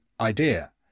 idea